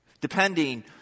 depending